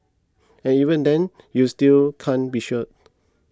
and even then you still can't be sure